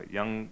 Young